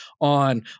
on